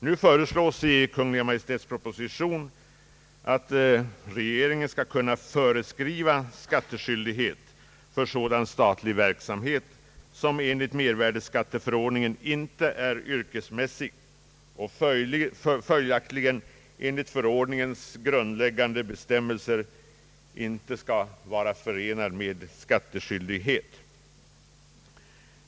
Nu föreslås i Kungl. Maj:ts proposition att regeringen skall kunna föreskriva skattskyldighet för sådan statlig verksamhet som enligt mervärdeskatteförordningen inte är yrkesmässig och följaktligen enligt förordningens grundläggande bestämmelser inte skall vara förenad med skattskyldighet.